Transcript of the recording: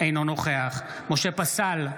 אינו נוכח משה פסל,